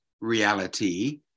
reality